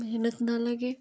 मेहनत ना लगे